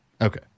Okay